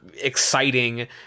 exciting